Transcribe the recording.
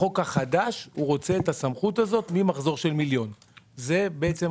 בחוק החדש רוצים את הסמכות הזאת ממחזור של מיליון שקל.